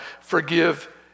forgive